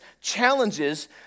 challenges